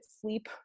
sleep